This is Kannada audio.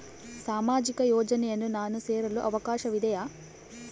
ಸಾಮಾಜಿಕ ಯೋಜನೆಯನ್ನು ನಾನು ಸೇರಲು ಅವಕಾಶವಿದೆಯಾ?